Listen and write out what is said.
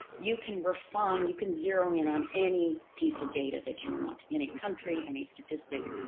you can refine. you can zero in on any piece of data that you want. any country, any statistic,